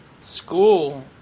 School